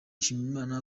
nshimiyimana